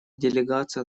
делегация